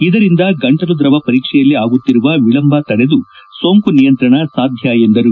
ಇದರಿಂದ ಗಂಟಲು ದ್ರವ ಪರೀಕ್ಷೆಯಲ್ಲಿ ಆಗುತ್ತಿರುವ ವಿಳಂಬ ತಡೆದು ಸೋಂಕು ನಿಯಂತ್ರಣ ಸಾಧ್ಯ ಎಂದರು